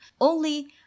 Only